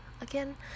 again